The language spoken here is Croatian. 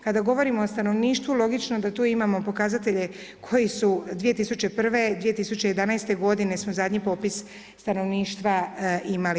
Kada govorimo o stanovništvu logično da tu imamo pokazatelje koji su 2001., 2011. godine smo zadnji popis stanovništva imali.